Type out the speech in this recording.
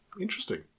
Interesting